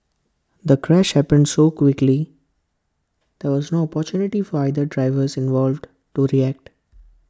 the crash happened so quickly there was no opportunity for either drivers involved to react